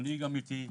מנהיג אמיתי,